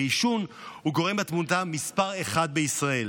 עישון הוא גורם התמותה מספר אחת בישראל.